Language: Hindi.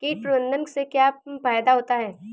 कीट प्रबंधन से क्या फायदा होता है?